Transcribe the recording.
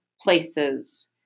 places